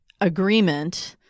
agreement